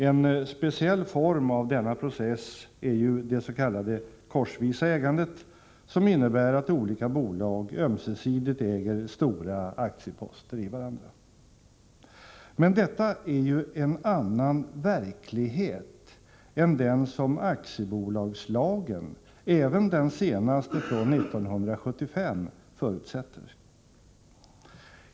En speciell form av denna process är det s.k. korsvisa ägandet, som innebär att olika bolag ömsesidigt äger stora aktieposter hos varandra. Detta är en annan verklighet än den som aktiebolagslagen, även den senaste från 1975, förutsätter.